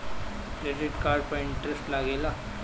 Credit card पर interest लागेला?